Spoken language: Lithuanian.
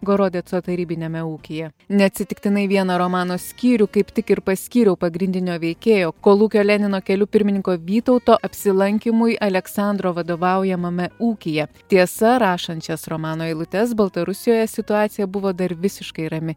gorodeco tarybiniame ūkyje neatsitiktinai vieną romano skyrių kaip tik ir paskyriau pagrindinio veikėjo kolūkio lenino keliu pirmininko vytauto apsilankymui aleksandro vadovaujamame ūkyje tiesa rašant šias romano eilutes baltarusijoje situacija buvo dar visiškai rami